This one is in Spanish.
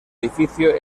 edificio